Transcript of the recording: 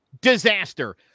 disaster